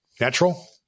natural